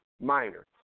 minor